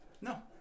No